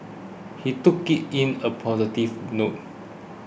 he took it in a positive note